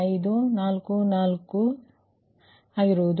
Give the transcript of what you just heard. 05244 ಆಗಿರುತ್ತದೆ